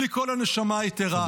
בלי כל הנשמה היתרה?